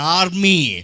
army